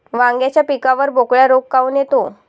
वांग्याच्या पिकावर बोकड्या रोग काऊन येतो?